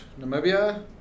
Namibia